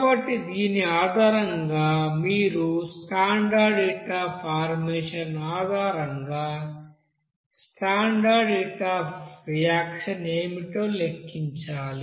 కాబట్టి దీని ఆధారంగా మీరు ఈ స్టాండర్డ్ హీట్ అఫ్ ఫార్మేషన్ ఆధారంగా స్టాండర్డ్ హీట్ అఫ్ రియాక్షన్ ఏమిటో లెక్కించాలి